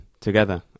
together